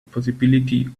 possibility